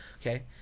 Okay